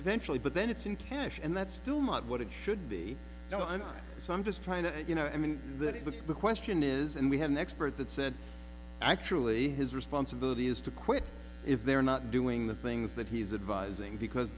eventually but then it's in cash and that's still not what it should be done so i'm just trying to you know i mean that it was the question is and we have an expert that said actually his responsibility is to quit if they're not doing the things that he's advising because